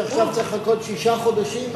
שעכשיו צריך לחכות שישה חודשים,